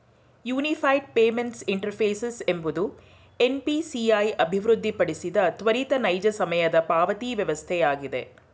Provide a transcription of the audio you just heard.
unified payments interface ಎಂಬುದು NPCI ಅಭಿವೃದ್ಧಿಪಡಿಸಿದ ತ್ವರಿತ ನೈಜ ಸಮಯದ ಪಾವತಿವಸ್ಥೆಯಾಗಿದೆ